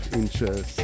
inches